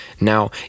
Now